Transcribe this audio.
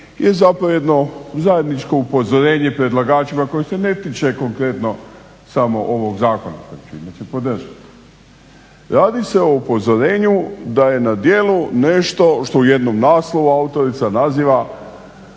je zapravo jedno zajedničko upozorenje predlagačima koji se ne tiče konkretno samo ovog zakona koji ću inače podržati. Radi se o upozorenju da je na djelu nešto što u jednom naslovu autorica naziva